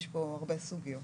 יש כאן הרבה סוגיות.